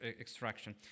extraction